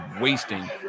wasting